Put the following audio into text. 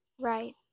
right